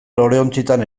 loreontzietan